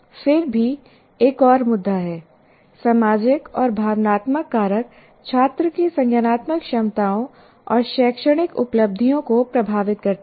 फिर भी एक और मुद्दा है सामाजिक और भावनात्मक कारक छात्र की संज्ञानात्मक क्षमताओं और शैक्षणिक उपलब्धियों को प्रभावित करते हैं